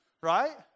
right